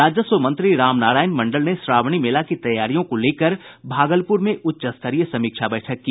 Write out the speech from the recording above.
राजस्व मंत्री रामनारायण मंडल ने श्रावणी मेला की तैयारियों को लेकर भागलपुर में उच्चस्तरीय समीक्षा बैठक की